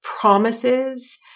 promises